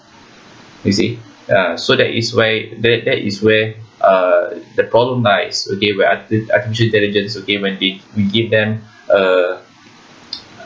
you see ah so that is why the the that is where uh the problem lies okay where ar~ artificial intelligence okay when they we give them uh